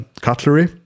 cutlery